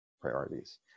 priorities